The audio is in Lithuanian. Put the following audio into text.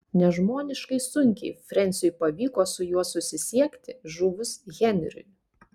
nežmoniškai sunkiai frensiui pavyko su juo susisiekti žuvus henriui